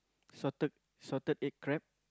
salted salted egg crab